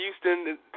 Houston